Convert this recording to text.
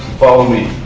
follow me,